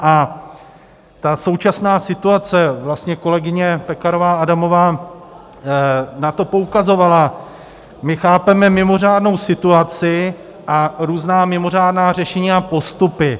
A ta současná situace, vlastně kolegyně Pekarová Adamová na to poukazovala my chápeme mimořádnou situaci a různá mimořádná řešení a postupy.